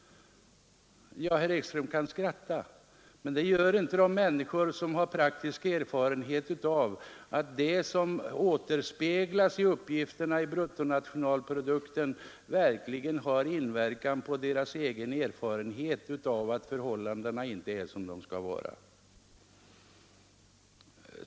Herr Ekström kan skratta, men det gör inte de människor som har egen praktisk erfarenhet av hur bruttonationalprodukten påverkar deras situation och som menar att förhållandena inte är som de bör vara.